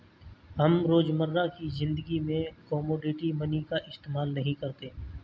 हम रोजमर्रा की ज़िंदगी में कोमोडिटी मनी का इस्तेमाल नहीं करते